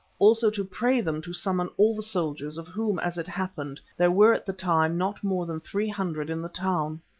also to pray them to summon all the soldiers, of whom, as it happened, there were at the time not more than three hundred in the town.